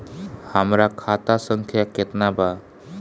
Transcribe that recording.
हमरा खाता संख्या केतना बा?